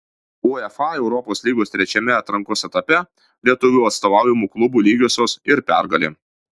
uefa europos lygos trečiame atrankos etape lietuvių atstovaujamų klubų lygiosios ir pergalė